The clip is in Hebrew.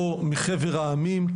או מחבר העמים,